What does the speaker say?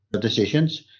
decisions